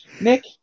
Nick